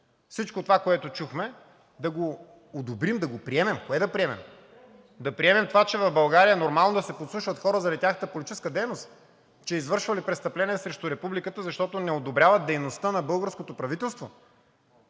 всичко това, което чухме, да го одобрим, да го приемем. Кое да приемем? Да приемем това, че в България е нормално да се подслушват хора заради тяхната политическа дейност, че извършвали престъпления срещу Републиката, защото не одобряват дейността на българското правителство?